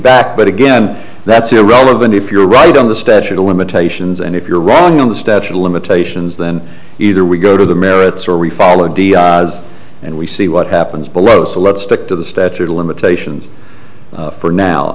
back but again that's irrelevant if you're right on the statute of limitations and if you're wrong on the statute of limitations then either we go to the merits or we followed and we see what happens below so let's stick to the statute of limitations for now